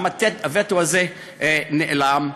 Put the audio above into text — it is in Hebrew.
גם הווטו הזה נעלם.